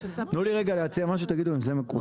אני רוצה רגע להציע משהו ותגידו אם זה מקובל.